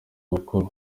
gukura